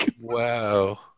Wow